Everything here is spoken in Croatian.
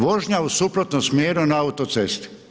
Vožnja u suprotnom smjeru na autocesti.